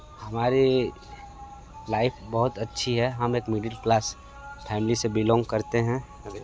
हमारी लाइफ बहुत अच्छी है हम एक मिडल क्लास फैमिली से बिलोंग करते हैं